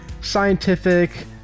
scientific